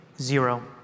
zero